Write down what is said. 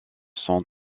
sont